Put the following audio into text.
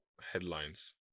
headlines